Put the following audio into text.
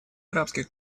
арабских